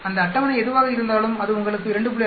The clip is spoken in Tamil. அந்த அட்டவணை எதுவாக இருந்தாலும் அது உங்களுக்கு 2